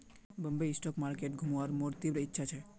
Bombay stock market घुमवार मोर तीव्र इच्छा छ